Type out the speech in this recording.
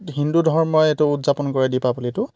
হিন্দু ধৰ্মই এইটো উদযাপন কৰে দীপাৱলীটো